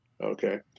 okay